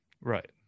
right